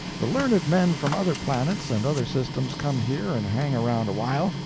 the learned men from other planets and other systems come here and hang around a while,